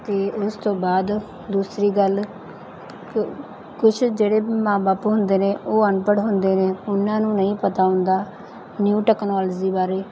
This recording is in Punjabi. ਅਤੇ ਉਸਤੋਂ ਬਾਅਦ ਦੂਸਰੀ ਗੱਲ ਕ ਕੁਛ ਜਿਹੜੇ ਮਾਂ ਬਾਪ ਹੁੰਦੇ ਨੇ ਉਹ ਅਨਪੜ੍ਹ ਹੁੰਦੇ ਨੇ ਉਨ੍ਹਾਂ ਨੂੰ ਨਹੀਂ ਪਤਾ ਹੁੰਦਾ ਨਿਊ ਟਕਨੋਲਜ਼ੀ ਬਾਰੇ